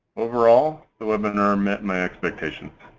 overall, the webinar met my expectations.